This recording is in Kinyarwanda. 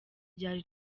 ryari